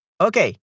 Okay